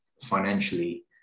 Financially